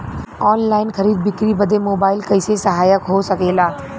Online खरीद बिक्री बदे मोबाइल कइसे सहायक हो सकेला?